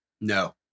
No